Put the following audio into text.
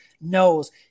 knows